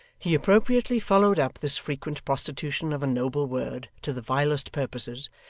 he appropriately followed up this frequent prostitution of a noble word to the vilest purposes,